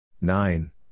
Nine